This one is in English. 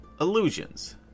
illusions